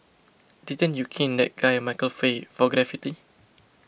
didn't you cane that guy Michael Fay for graffiti